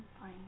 fine